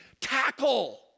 tackle